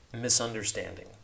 misunderstanding